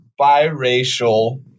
biracial